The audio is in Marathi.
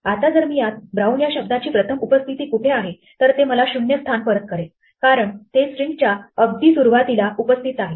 आता जर मी यात "brown" या शब्दाची प्रथम उपस्थिती कुठे आहे तर ते मला 0 स्थान परत करेलकारण ते स्ट्रिंग च्या अगदी सुरुवातीला उपस्थित आहे